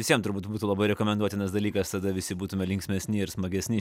visiem turbūt būtų labai rekomenduotinas dalykas tada visi būtume linksmesni ir smagesni